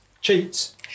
cheats